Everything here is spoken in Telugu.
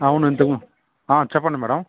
అవునండి చెప్పండి మేడం